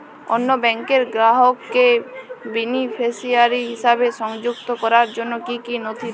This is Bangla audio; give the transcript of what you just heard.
অন্য ব্যাংকের গ্রাহককে বেনিফিসিয়ারি হিসেবে সংযুক্ত করার জন্য কী কী নথি লাগবে?